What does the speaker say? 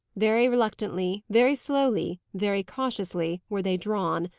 very reluctantly, very slowly, very cautiously, were they drawn,